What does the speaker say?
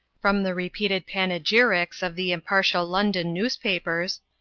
from the repeated panegyrics of the impartial london newspapers,